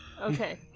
Okay